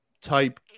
type